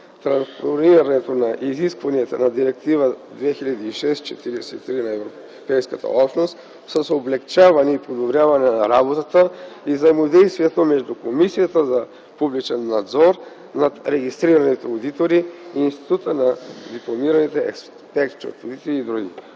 транспониране на изискванията на Директива 2006/43/ЕО, с облекчаване и подобряване на работата и взаимодействието между Комисията за публичен надзор над регистрираните одитори, Института на дипломираните експерт-счетоводители и други.